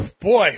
Boy